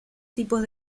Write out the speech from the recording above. tipos